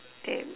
damn